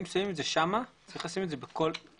אם שמים את זה שם, צריך לשים את זה בכל המקומות.